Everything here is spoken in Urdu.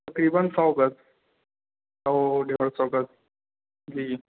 تقریباً سو گز سو ڈیڑھ سو گز جی